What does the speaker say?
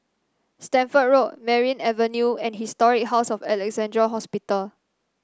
Stamford Road Merryn Avenue and Historic House of Alexandra Hospital